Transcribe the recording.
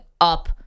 up